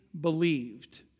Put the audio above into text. believed